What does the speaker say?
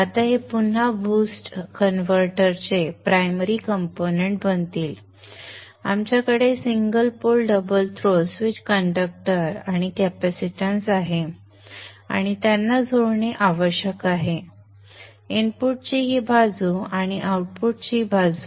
आता हे पुन्हा बूस्ट कन्व्हर्टरचे प्रायमरी कंपोनेंट्स बनतील आमच्याकडे single pole double throw switch inductor आणि कॅपॅसिटन्स आहे आणि त्यांना जोडणे आवश्यक आहे इनपुटची ही बाजू आणि आउटपुटची बाजू